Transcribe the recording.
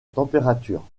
température